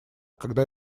когда